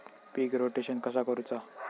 पीक rotation कसा करूचा?